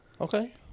Okay